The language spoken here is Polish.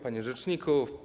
Panie Rzeczniku!